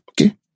okay